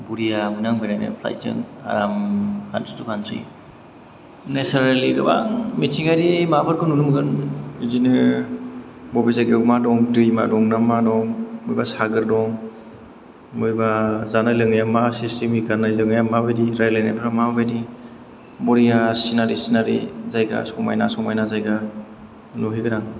बरिया मोनो आं बेरायनो फ्लाइटजों आराम कानत्रि थु कानत्रि नेचेरेलि गोबां मिथिंगानि माबाफोरखौ नुनो मोनगोन बिदिनो बबे जायगायाव मा दं दैमा दं ना मा दं बबेबा सागर दं बबेबा जानाय लोंनाया मा सिस्तेमनि गान्नाय जोमनायफ्रा माबायदि बरिया सिनारि सिनारि जायगा समायना समायना जायगा नुहैगोन आं